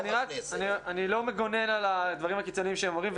אני לא מגונן על הדברים הקיצוניים שהם אומרים,